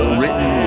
written